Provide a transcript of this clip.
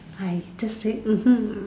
I just say mmhmm